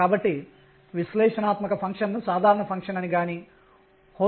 ఇది mṙ మరియు సంబంధిత క్వాంటం కండిషన్ 2r1r2prdr nrh